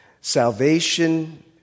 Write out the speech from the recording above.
Salvation